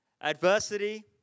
Adversity